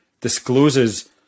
discloses